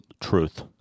truth